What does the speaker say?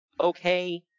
okay